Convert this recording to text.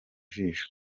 jisho